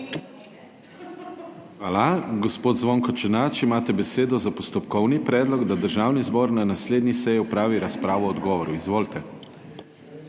Hvala. Gospa Alenka Jeraj, imate besedo za postopkovni predlog, da Državni zbor na naslednji seji opravi razpravo o odgovoru ministrice.